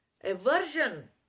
aversion